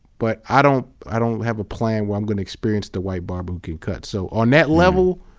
but i don't i don't have a plan where i'm gonna experience the white barber who can cut. so on that level,